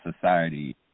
society